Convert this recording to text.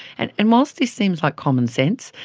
and and whilst this seems like common sense,